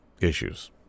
issues